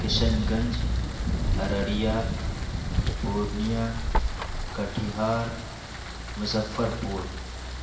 کشن گنج ارریہ پورنیہ کٹیہار مظفر پور